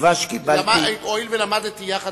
הואיל ולמדתי יחד